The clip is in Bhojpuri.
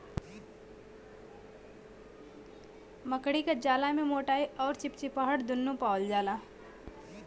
मकड़ी क जाला में मोटाई अउर चिपचिपाहट दुन्नु पावल जाला